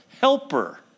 helper